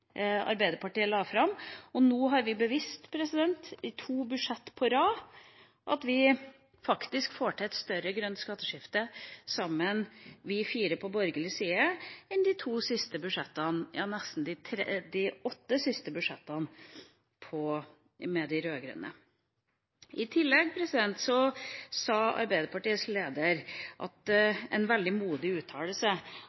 Arbeiderpartiet la fram. Nå har vi bevist i to budsjett på rad at vi faktisk får til et større grønt skatteskifte, vi fire sammen på borgerlig side, enn i de to siste budsjettene, ja, nesten de åtte siste budsjettene, med de rød-grønne. I tillegg sa Arbeiderpartiets leder i en veldig modig uttalelse at